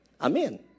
Amen